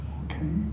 okay